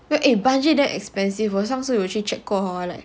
eh bungee damn expensive 我上次有去 check 过 hor like